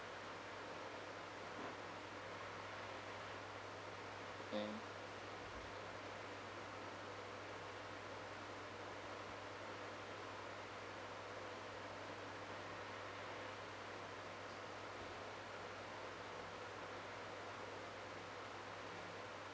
mm